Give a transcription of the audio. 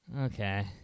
Okay